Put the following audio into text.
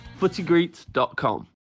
footygreets.com